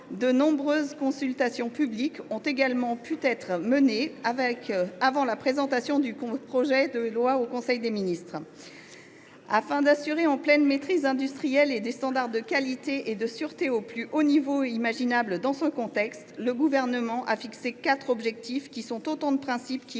De nombreuses consultations publiques ont également pu être menées avant la présentation du projet de loi en Conseil des ministres. Afin d’assurer une pleine maîtrise industrielle, et des standards de qualité et de sûreté au plus haut niveau imaginable dans ce contexte, le Gouvernement a fixé quatre objectifs qui sont autant de principes ayant